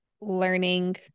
learning